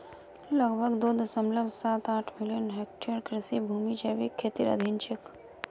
लगभग दो दश्मलव साथ आठ मिलियन हेक्टेयर कृषि भूमि जैविक खेतीर अधीन छेक